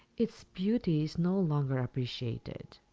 its beauty, is no longer appreciated.